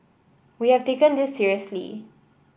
we have taken this seriously